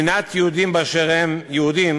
שנאת יהודים